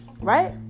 right